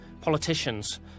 politicians